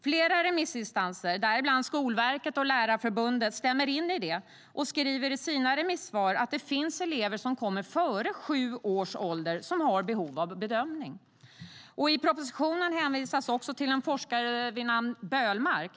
Flera remissinstanser, däribland Skolverket och Lärarförbundet, stämmer in i detta och skriver i sina remissvar att det finns elever som kommer före sju års ålder och som har behov av bedömning. I propositionen hänvisas till en forskare vid namn Böhlmark.